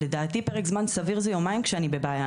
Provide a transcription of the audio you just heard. לדעתי פרק זמן סביר זה יומיים כשאני בבעיה,